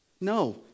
No